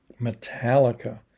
Metallica